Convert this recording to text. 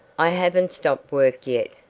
i haven't stopped work yet,